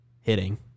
hitting